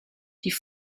die